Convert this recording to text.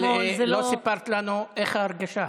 אבל לא סיפרת לנו איך ההרגשה?